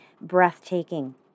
breathtaking